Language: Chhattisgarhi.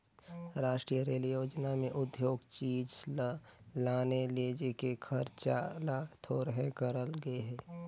रास्टीय रेल योजना में उद्योग चीच ल लाने लेजे के खरचा ल थोरहें करल गे हे